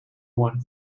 one